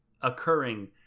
occurring